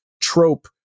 trope